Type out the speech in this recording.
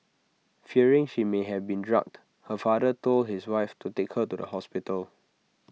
fearing she may have been drugged her father told his wife to take her to the hospital